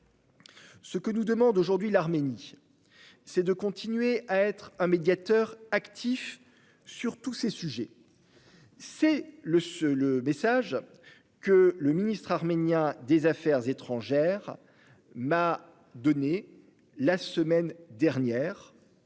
Ce que nous demande aujourd'hui l'Arménie, c'est de continuer à être un médiateur actif sur tous ces sujets. C'est le message que le ministre arménien des affaires étrangères m'a donné la semaine dernière-